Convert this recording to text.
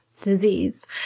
disease